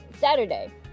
saturday